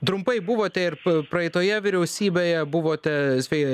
trumpai buvote ir praeitoje vyriausybėje buvote svei